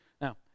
Now